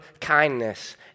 kindness